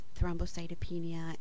thrombocytopenia